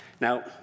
Now